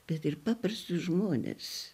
bet ir paprastus žmones